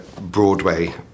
Broadway